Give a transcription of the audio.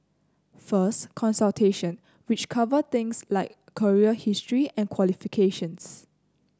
first consultation which cover things like career history and qualifications